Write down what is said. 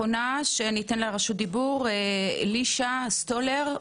אלישר סטולר,